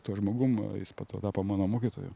tuo žmogum jis po to tapo mano mokytoju